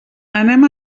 anem